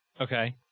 Okay